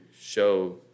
show